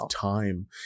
time